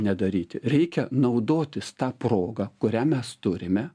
nedaryti reikia naudotis ta proga kurią mes turime